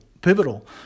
pivotal